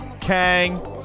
Kang